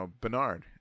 Bernard